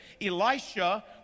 Elisha